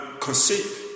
Conceive